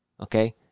Okay